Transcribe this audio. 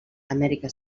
amèrica